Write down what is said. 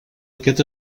aquest